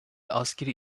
askeri